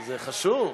זה חשוב,